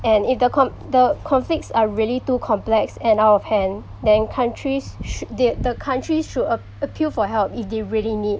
and if the con~ the conflicts are really too complex and out of hand then countries shou~ the the countries should ap~ appeal for help if they really need